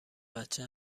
بچه